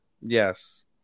Yes